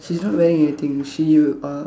she's not wearing anything she uh